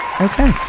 Okay